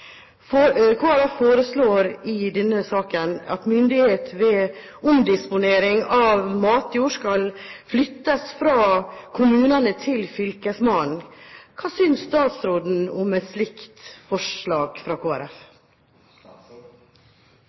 Kristelig Folkeparti foreslår i denne saken at myndighet til omdisponering av matjord skal flyttes fra kommunene til fylkesmannen. Hva synes statsråden om et slikt forslag fra